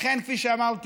לכן, כפי שאמרתי,